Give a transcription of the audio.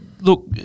look